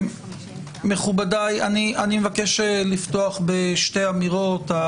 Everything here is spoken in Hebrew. מכובדיי, אבקש לפתוח בשלוש אמירות.